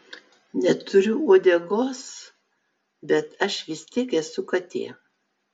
neturiu uodegos bet aš vis tiek esu katė